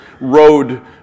road